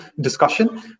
discussion